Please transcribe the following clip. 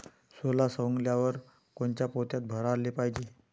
सोला सवंगल्यावर कोनच्या पोत्यात भराले पायजे?